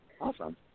Awesome